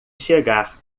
chegar